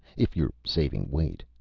if you're saving weight.